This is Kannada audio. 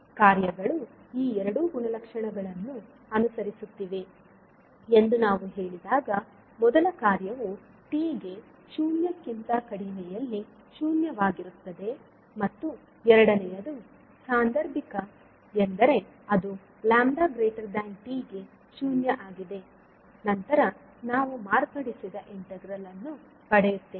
ಕಾರ್ಯಗಳು ಈ 2 ಗುಣಲಕ್ಷಣಗಳನ್ನು ಅನುಸರಿಸುತ್ತಿವೆ ಎಂದು ನಾವು ಹೇಳಿದಾಗ ಮೊದಲ ಕಾರ್ಯವು t ಗೆ 0 ಕ್ಕಿಂತ ಕಡಿಮೆಯಲ್ಲಿ ಶೂನ್ಯವಾಗಿರುತ್ತದೆ ಮತ್ತು ಎರಡನೆಯದು ಸಾಂದರ್ಭಿಕ ಎಂದರೆ ಅದು λt ಗೆ 0 ಆಗಿದೆ ನಂತರ ನಾವು ಮಾರ್ಪಾಡಿಸಿದ ಇಂಟಿಗ್ರಲ್ ಅನ್ನು ಪಡೆಯುತ್ತೇವೆ